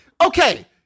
Okay